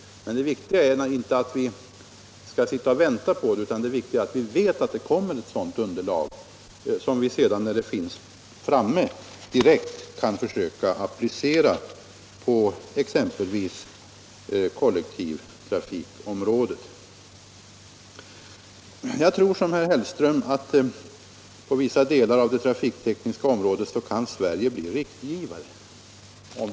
Men det viktiga är inte att sitta och vänta på detta underlag utan att vi vet att det kommer ett sådant, så att vi när det finns tillgängligt kan försöka applicera det inom exempelvis kollektivtrafikområdet. Jag tror som herr Hellström att Sverige inom vissa delar av det trafiktekniska området kan bli föregångare om vi önskar det.